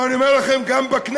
אבל אני אומר לכם, גם בכנסת,